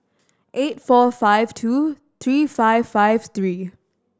eight four five two three five five three